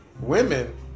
women